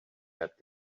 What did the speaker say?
that